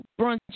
Brunch